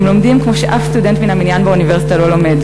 הם לומדים כמו שאף סטודנט מן המניין באוניברסיטה לא לומד,